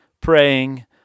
praying